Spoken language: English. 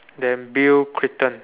then bill-Clinton